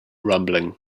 rumbling